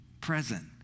present